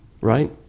right